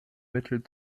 mittel